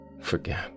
forget